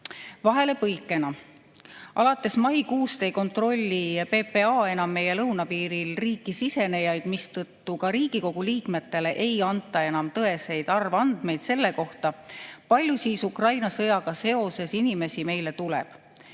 miljonini. Vahelepõikena. Alates maikuust ei kontrolli PPA enam meie lõunapiiril riiki sisenejaid, mistõttu ka Riigikogu liikmetele ei anta enam tõeseid arvandmeid selle kohta, kui palju meile Ukraina sõjaga seoses inimesi tuleb.